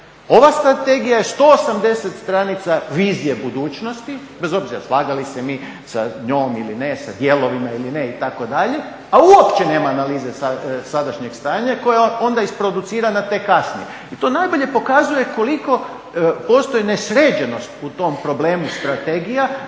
Ova Strategija je 180 stranica vizije budućnosti bez obzira slagali se mi sa njom ili ne, sa dijelovima ili ne itd. a uopće nema analize sadašnjeg stanja koja je onda isproducirana tek kasnije. I to najbolje pokazuje koliko postoji nesređenost u tom problemu strategija